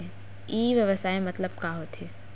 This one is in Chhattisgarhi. ई व्यवसाय मतलब का होथे?